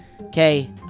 Okay